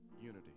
unity